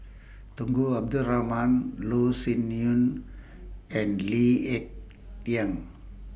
Tunku Abdul Rahman Loh Sin Yun and Lee Ek Tieng